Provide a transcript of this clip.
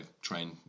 train